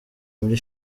muri